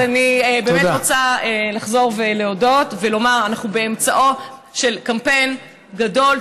אז אני באמת רוצה לחזור ולהודות ולומר: אנחנו באמצעו של קמפיין גדול,